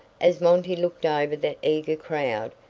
as monty looked over the eager crowd,